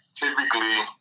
typically